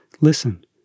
listen